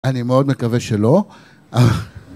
אני מאוד מקווה שלא